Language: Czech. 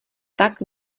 tak